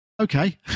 Okay